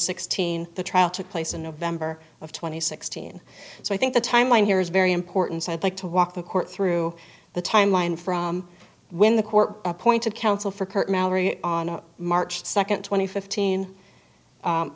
sixteen the trial took place in november of two thousand and sixteen so i think the timeline here is very important so i'd like to walk the court through the timeline from when the court appointed counsel for curt mallory on march second twenty fifteen